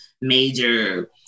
major